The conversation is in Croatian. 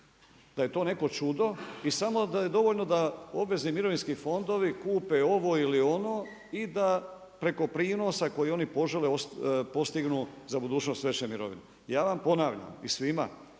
da je to neko čudo i samo da je dovoljno da obvezni mirovinski fondovi kupe ovo ili ono i da preko prinosa koji oni požele postignu za budućnost veće mirovine. Ja vam ponavljam i svima,